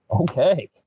Okay